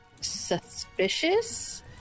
suspicious